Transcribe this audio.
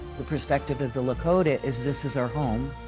the perspective of the lakota is this is our home,